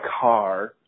car